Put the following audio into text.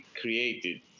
created